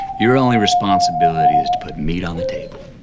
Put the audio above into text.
your only responsibility is to put meat on the table.